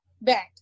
back